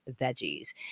veggies